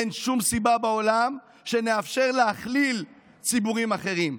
אין שום סיבה בעולם שנאפשר להכליל ציבורים אחרים.